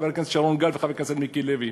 חבר הכנסת שרון גל וחבר הכנסת מיקי לוי,